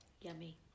Yummy